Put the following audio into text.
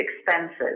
expenses